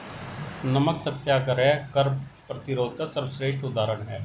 नमक सत्याग्रह कर प्रतिरोध का सर्वश्रेष्ठ उदाहरण है